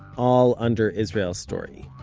all under israel story